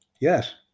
Yes